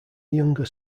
younger